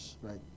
right